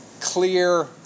clear